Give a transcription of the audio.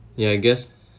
yeah I guess